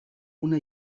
una